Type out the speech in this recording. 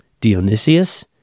Dionysius